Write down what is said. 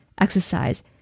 exercise